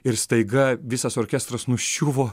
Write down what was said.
ir staiga visas orkestras nuščiuvo